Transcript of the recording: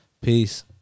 Peace